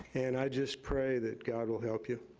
and i just pray that god will help you.